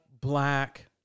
black